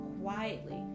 quietly